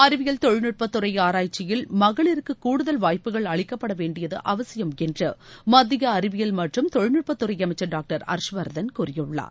அறிவியல் தொழில்நுட்பத் துறை ஆராய்ச்சியில் மகளிருக்கு கூடுதல் வாய்ப்புகள் அளிக்கப்பட வேண்டியது அவசியம் என்று மத்திய அறிவியல் மற்றும் தொழில்நுட்பத்துறை அமைச்சர் டாக்டர் ஹர்ஷ்வர்தன் கூறியுள்ளார்